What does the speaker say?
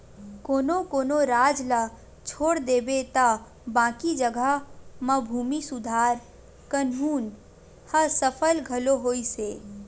कोनो कोनो राज ल छोड़ देबे त बाकी जघा म भूमि सुधार कान्हून ह सफल घलो होइस हे